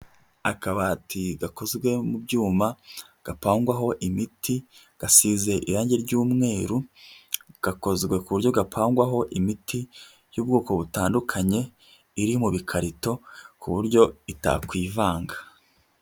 Akabati gakozwe mu byuma, gapangwaho imiti, gasize irangi ry'umweru, gakozwe ku buryo gapangwaho imiti y'ubwoko butandukanye iri mu bikarito ku buryo itakwivanga.